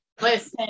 Listen